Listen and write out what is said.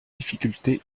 difficultés